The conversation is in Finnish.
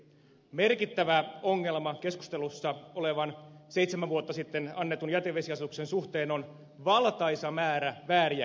merkittävä ongelma keskustelussa olevan seitsemän vuotta sitten annetun jätevesiasetuksen suhteen on valtaisa määrä vääriä käsityksiä